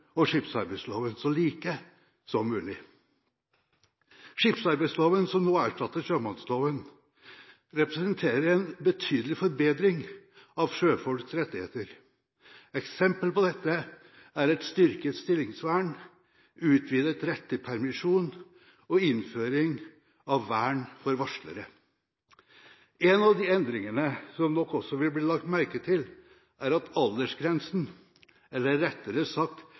og skipsarbeidsloven så like som mulig. Skipsarbeidsloven, som nå erstatter sjømannsloven, representerer en betydelig forbedring av sjøfolks rettigheter. Eksempel på dette er et styrket stillingsvern, utvidet rett til permisjon og innføring av vern for varslere. En av de endringene som nok også vil bli lagt merke til, er at aldersgrensen, eller rettere sagt